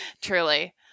Truly